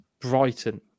Brighton